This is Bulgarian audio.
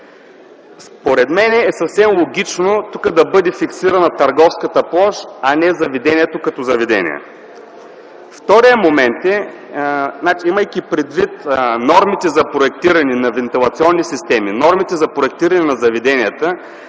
Според мен е съвсем логично тук да бъде фиксирана търговската площ, а не заведението като заведение. Вторият момент е, че имайки предвид нормите за проектиране на вентилационни системи, нормите за проектиране на заведенията,